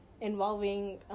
involving